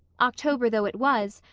october though it was,